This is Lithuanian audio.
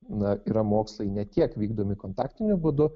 na yra mokslai ne tiek vykdomi kontaktiniu būdu